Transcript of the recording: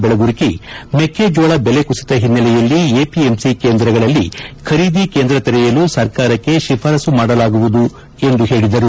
ಬೆಳಗುರ್ಟ ಮೆಕ್ಕೆಜೋಳ ವೆಲೆ ಕುಸಿತ ಹಿನ್ನೆಲೆಯಲ್ಲಿ ಎಪಎಂಸಿ ಕೇಂದ್ರಗಳಲ್ಲಿ ಖರೀದಿ ಕೇಂದ್ರ ತೆರೆಯಲು ಸರ್ಕಾರಕ್ಕೆ ತಿಫಾರಸು ಮಾಡಲಾಗುವುದು ಎಂದು ಹೇಳಿದರು